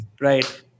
Right